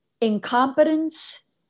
incompetence